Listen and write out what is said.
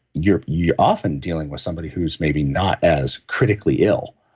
you're you're often dealing with somebody who's maybe not as critically ill.